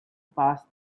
past